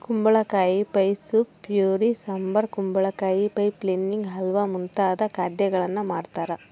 ಕುಂಬಳಕಾಯಿ pie soup puree sambar ಕುಂಬಳಕಾಯಿ pie filling halwa ಮುಂತಾದ ಖಾದ್ಯಗಳನ್ನು ಮಾಡ್ತಾರ